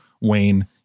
wayne